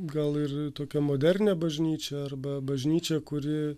gal ir tokią modernią bažnyčią arba bažnyčią kuri